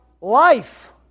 life